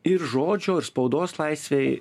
ir žodžio ir spaudos laisvei